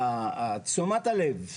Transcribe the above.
תשומת הלב שלנו,